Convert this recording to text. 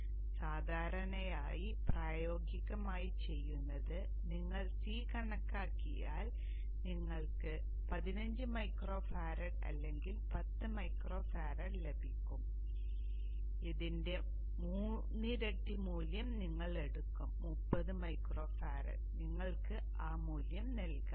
അതിനാൽ സാധാരണയായി പ്രായോഗികമായി ചെയ്യുന്നത് നിങ്ങൾ c കണക്കാക്കിയാൽ നിങ്ങൾക്ക് 15μF അല്ലെങ്കിൽ 10 μF ലഭിക്കും അതിന്റെ മൂന്നിരട്ടി മൂല്യം നിങ്ങൾ എടുക്കും 30μF നിങ്ങൾക്ക് ആ മൂല്യം നൽകാം